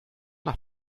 nach